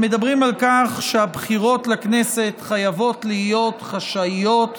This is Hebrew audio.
המדברים על כך שהבחירות לכנסת חייבות להיות חשאיות ושוויוניות.